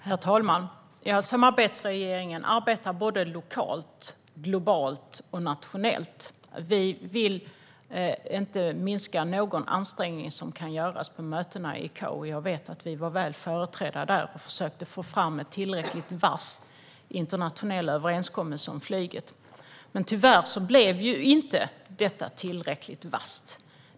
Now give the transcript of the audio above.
Herr talman! Samarbetsregeringen arbetar såväl lokalt som globalt och nationellt. Vi vill inte spara någon ansträngning som kan göras på mötena i ICAO. Jag vet att vi var väl företrädda där och försökte att få fram en tillräckligt vass internationell överenskommelse om flyget. Men tyvärr blev den inte tillräckligt vass.